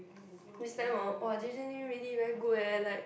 this time hor !wah! J J Lin really very good eh like